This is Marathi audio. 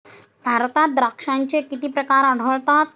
भारतात द्राक्षांचे किती प्रकार आढळतात?